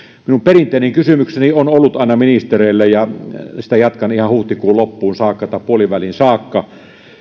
minun perinteinen kysymykseni on ollut aina ministereille ja sitä jatkan ihan huhtikuun loppuun saakka tai puoliväliin saakka